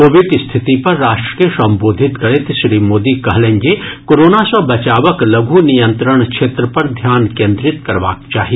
Covid स्थिति पर राष्ट्र के संबोधित करैत श्री मोदी कहलनि जे कोरोना सॅ बचावक लघु नियंत्रण क्षेत्र पर ध्यान केन्द्रित करबाक चाही